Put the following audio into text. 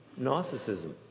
narcissism